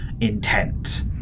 intent